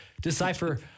decipher